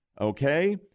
okay